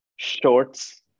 shorts